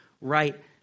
right